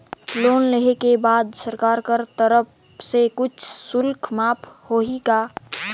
Loan लेहे के बाद सरकार कर तरफ से कुछ शुल्क माफ होही का?